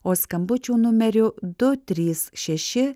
o skambučių numeriu du trys šeši